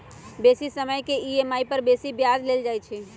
बेशी समय के ई.एम.आई पर बेशी ब्याज लेल जाइ छइ